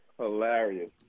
Hilarious